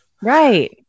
Right